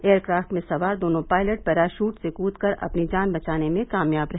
aircraft में सवार दोनों पायलट पैराशुट से कूदकर अपनी जान बचाने में कामयाब रहे